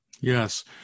Yes